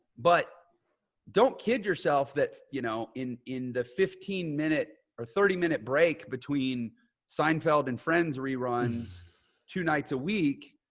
but don't kid yourself that, you know, in, in the fifteen minute or thirty minute break between seinfeld and friends reruns two nights a week,